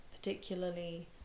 Particularly